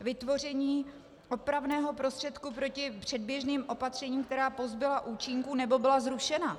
Vytvoření opravného prostředku proti předběžným opatřením, která pozbyla účinku nebo byla zrušena.